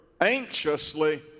anxiously